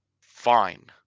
Fine